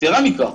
יתרה מכך,